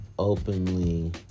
Openly